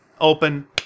open